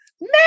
no